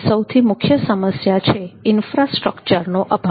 સૌથી મુખ્ય સમસ્યા છે ઈન્ફ્રાસ્ટ્રક્ચર નો અભાવ